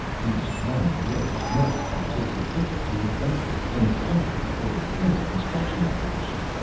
he's strongly urged next to take his tickler to his doctor and psycher for further instruction-imposition.